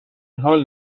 حال